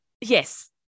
Yes